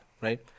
right